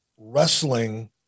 Wrestling